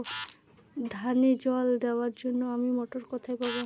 ধানে জল দেবার জন্য আমি মটর কোথায় পাবো?